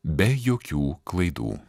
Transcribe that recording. be jokių klaidų